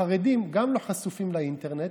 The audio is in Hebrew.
החרדים גם לא חשופים לאינטרנט,